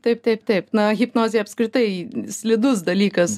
taip taip taip na hipnozė apskritai slidus dalykas